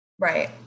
Right